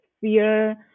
fear